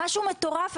משהו מטורף.